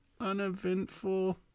uneventful